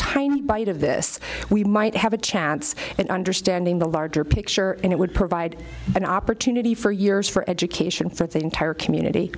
tiny bite of this we might have a chance in understanding the larger picture and it would provide an opportunity for years for education for the entire community